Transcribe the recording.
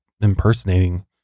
impersonating